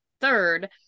third